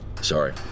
Sorry